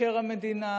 מבקר המדינה,